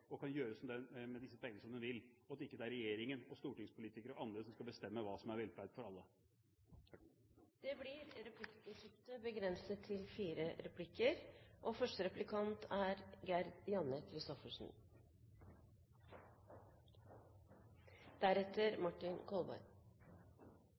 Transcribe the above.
og kan gjøre med disse pengene som de vil – det er ikke regjeringen, stortingspolitikerne eller andre som skal bestemme hva som er velferd for alle. Det blir replikkordskifte. Representanten Tybring-Gjedde er opptatt av skattelette, og